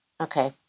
Okay